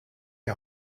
die